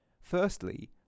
Firstly